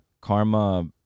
karma